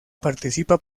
participa